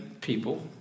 people